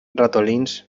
ratolins